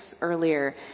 earlier